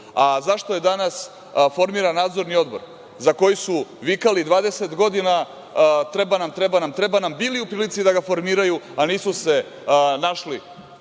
a zašto je danas formiran Nadzorni odbor za koji su vikali 20 godina treba nam, treba nam, treba nam, bili u prilici da ga formiraju, a nisu se našli